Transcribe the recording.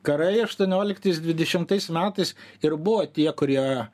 karai aštuonioliktas dvidešimais metais ir buvo tie kurie